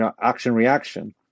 action-reaction